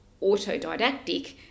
autodidactic